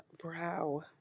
brow